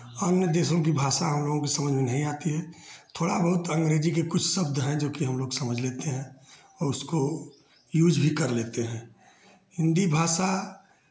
अन्य देशों की भाषा हमलोगों की समझ में नहीं आती है थोड़ा बहुत तो अंग्रेजी के कुछ शब्द हैं जो कि हमलोग समझ लेते हैं वो उसको यूज़ भी कर लेते हैं हिन्दी भाषा